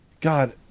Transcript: God